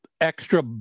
extra